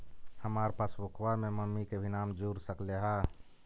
हमार पासबुकवा में मम्मी के भी नाम जुर सकलेहा?